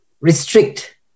restrict